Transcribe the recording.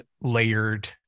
layered